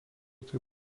tai